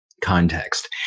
context